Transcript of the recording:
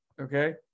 Okay